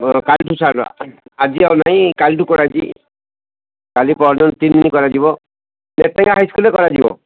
ହଁ କାଲିଠୁ ଷ୍ଟାର୍ଟ ଆଜି ଆଉ ନାହିଁ କାଲିଠୁ କରାହୋଇଛି କାଲି ପହରଦିନ ତିନି ଦିନ କରାଯିବ ହାଇସ୍କୁଲ୍ରେ କରାଯିବ